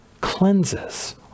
cleanses